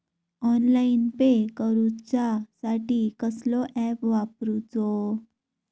Online pay करूचा साठी कसलो ऍप वापरूचो?